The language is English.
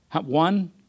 One